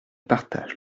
partage